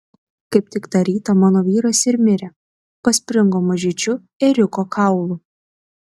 kaip tik tą rytą mano vyras ir mirė paspringo mažyčiu ėriuko kaulu